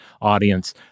audience